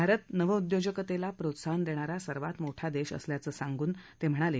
भारत नवउद्योजकतेला प्रोत्साहन देणारा सर्वात मोठा देश असल्याचं सांगून ते म्हणाले